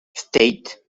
state